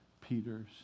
Peter's